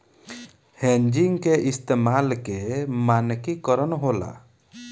hedging के इस्तमाल के मानकी करण होला